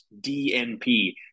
DNP